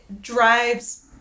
drives